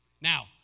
Now